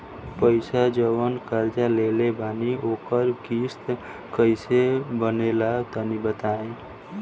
पैसा जऊन कर्जा लेले बानी ओकर किश्त कइसे बनेला तनी बताव?